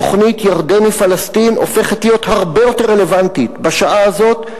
התוכנית "ירדן היא פלסטין" הופכת להיות הרבה יותר רלוונטית בשעה הזאת,